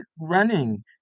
running